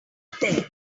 there